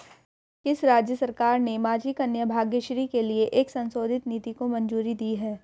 किस राज्य सरकार ने माझी कन्या भाग्यश्री के लिए एक संशोधित नीति को मंजूरी दी है?